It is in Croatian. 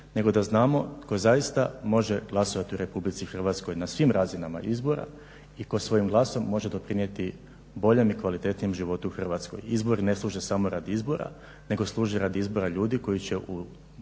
nego da znamo tko zaista može glasovati u RH na svim razinama izbora i tko svojim glasom može doprinijeti boljem i kvalitetnijem životu u Hrvatskoj. Izb9ori ne služe samo radi izbora nego služi radi izbora ljudi koji će u